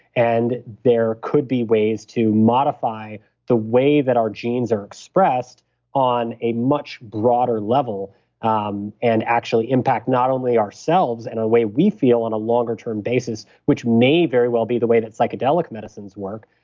and there could be ways to modify the way that our genes are expressed on a much broader level um and actually impact not only ourselves in and a way we feel on a longer term basis, which may very well be the way that psychedelic medicines work,